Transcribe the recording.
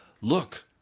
Look